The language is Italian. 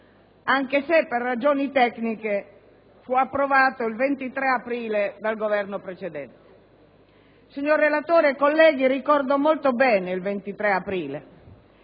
anche se, per ragioni tecniche, fu approvato il 23 aprile scorso dal Governo precedente. Signor relatore, colleghi, ricordo molto bene il 23 aprile;